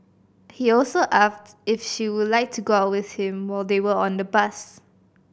he also asked if she would like to go out with him while they were on the bus